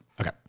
Okay